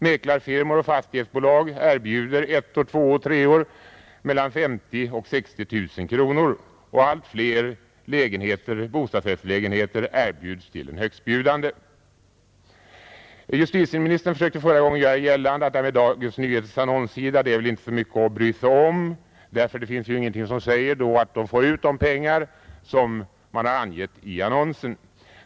Mäklarfirmor och fastighetsbolag erbjuder ettor, tvåor och treor för mellan 50 000 och 60 000 kronor. Allt fler bostadsrättslägenheter erbjuds till den högstbjudande. Justitieministern försökte förra gången göra gällande att Dagens Nyheters annonssida inte är så mycket att bry sig om därför att det inte finns någonting som säger att man får ut de pengar, som man angivit i annonsen.